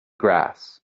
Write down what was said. grass